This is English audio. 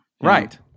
Right